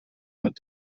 mit